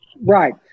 Right